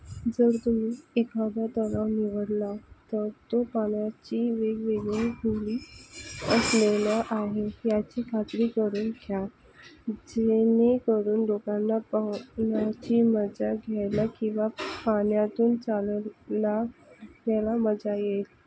जर तुम्ही एखादा तलाव निवडला तर तो पाण्याची वेगवेगळी असलेला आहे याची खात्री करून घ्या जेणेकरून लोकांना पाहण्याची मजा घ्यायला किंवा पाण्यातून चालत ला घ्यायला मजा येईल